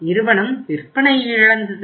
நிறுவனம் விற்பனையை இழந்தது